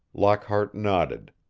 lockhart nodded.